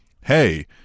hey